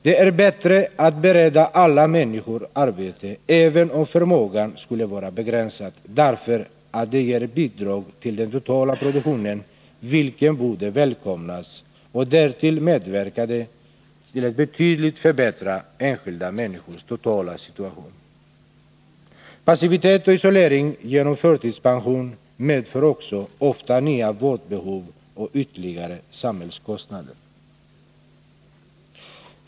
Det är bättre att bereda alla människor arbete, även om förmågan skulle vara begränsad, därför att det ger ett bidrag till den totala produktionen, vilket borde välkomnas, och därtill medverkar det till att betydligt förbättra enskilda människors totala situation. Passivitet och isolering genom förtidspension medför också ofta nya vårdbehov och ytterligare samhällskostnader.